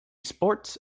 sports